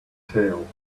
tale